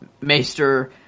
Maester